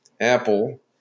Apple